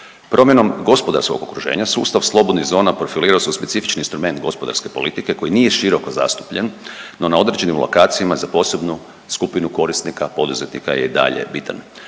Promjenom gospodarskog okruženja, sustav slobodnih zona profilirao se u specifični instrument gospodarske politike koji nije široko zastupljen, no na određenim lokacijama za posebnu skupinu korisnika poduzetnika i dalje je bitan.